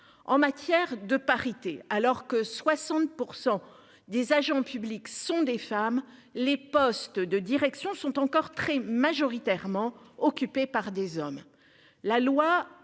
en matière de parité alors que 60% des agents publics sont des femmes. Les postes de direction sont encore très majoritairement occupés par des hommes. La loi